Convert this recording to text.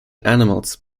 animals